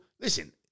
listen